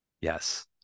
Yes